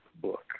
book